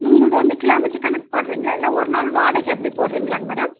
உங்குளுது வந்து கிலோமீட்டரு கணக் போட்றீங்ளா இல்லை ஒரு நாள் வாடகை அப்படி போட்றீங்களாங் மேடம்